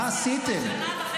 מה עשיתם?